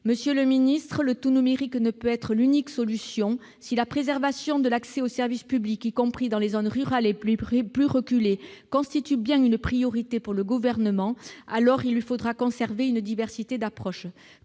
Monsieur le ministre, le tout-numérique ne peut être l'unique solution. Si la préservation de l'accès aux services publics, y compris dans les zones rurales les plus reculées, constitue bien une priorité pour le Gouvernement, il lui faudra conserver une diversité d'approches.